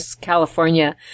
California